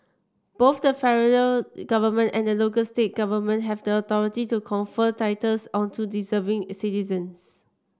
both the federal government and the local state government have the authority to confer titles onto deserving citizens